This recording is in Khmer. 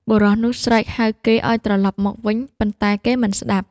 បុរសនោះស្រែកហៅគេឱ្យត្រឡប់មកវិញ ប៉ុន្តែគេមិនស្ដាប់។